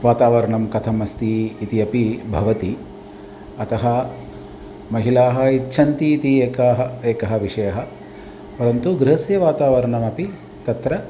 वातावरणं कथम् अस्ति इत्यपि भवति अतः महिलाः इच्छन्ति इति एकः एकः विषयः परन्तु गृहस्य वातावरणमपि तत्र